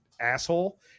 asshole